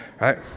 right